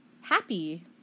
Happy